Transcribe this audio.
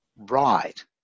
right